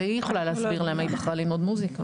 זו היא יכולה להסביר למה היא בחרה ללמוד מוזיקה.